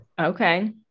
Okay